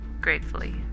gratefully